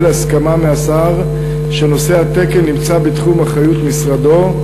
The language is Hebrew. הסכמה מהשר שנושא התקן נמצא בתחום אחריות משרדו.